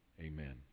Amen